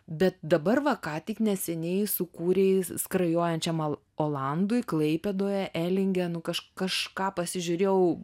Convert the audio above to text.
bet dabar va ką tik neseniai sukūrei skrajojančiam olandui klaipėdoje elinge nu kaž kažką pasižiūrėjau